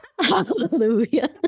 Hallelujah